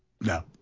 no